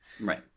Right